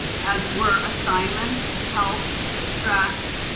as were assignments, health, stress,